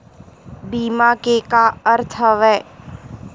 बीमा के का अर्थ हवय?